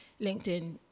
LinkedIn